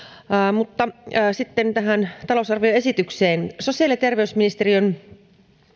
mutta sitten tähän talousarvioesitykseen sosiaali ja terveysministeriön